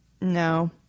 No